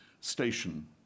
station